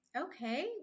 Okay